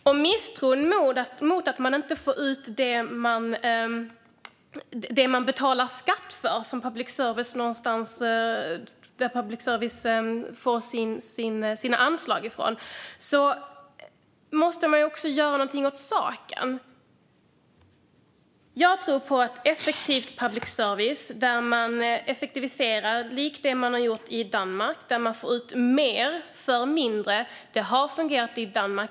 När det gäller misstron, att vi inte får ut det vi betalar skatt för - public service får sina anslag från skatten - måste något göras åt saken. Jag tror på ett effektivt public service där man effektiviserar, likt de har gjort i Danmark. De får ut mer för mindre. Det har fungerat i Danmark.